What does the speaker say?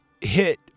hit